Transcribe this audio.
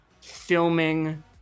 filming